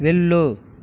వెళ్ళు